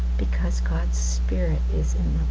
because god's spirit is in.